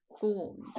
formed